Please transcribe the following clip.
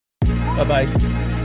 bye-bye